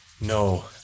no